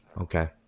Okay